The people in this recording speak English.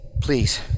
Please